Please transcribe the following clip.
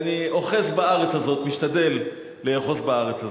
אני אוחז בארץ הזאת, משתדל לאחוז בארץ הזאת.